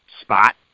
spot